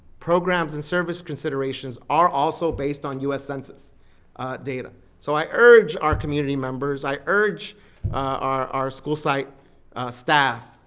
programs, and service considerations are also based on us census data. so i urge our community members, i urge our our school site staff,